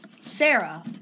Sarah